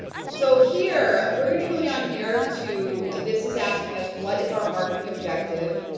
so here, we're gonna go down here to, this is asking us what is our marketing objective.